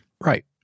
Right